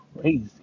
crazy